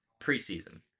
preseason